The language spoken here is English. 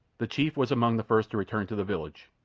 the chief was among the first to return to the village,